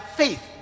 faith